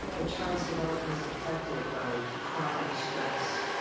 a child's development is affected by chronic stress.